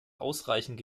ausreichend